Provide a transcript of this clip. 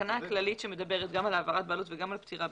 התקנה הכללית שמדברת גם על העברת בעלות וגם על פטירה,